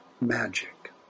magic